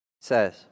says